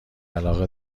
علاقه